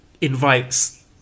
invites